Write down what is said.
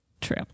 true